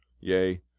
Yea